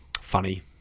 Funny